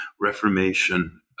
Reformation